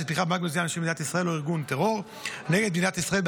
תמיכה במאבק מזוין של מדינת אויב או של ארגון טרור נגד מדינת ישראל.